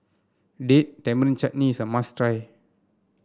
Date Tamarind Chutney is must try